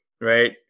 right